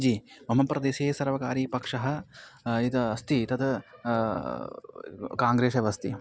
जि मम प्रदेशे सर्वकारीयपक्षः यः अस्ति तद् काङ्ग्रेस् एव अस्ति